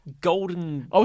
Golden